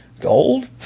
gold